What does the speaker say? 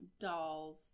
dolls